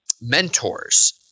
Mentors